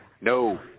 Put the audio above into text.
no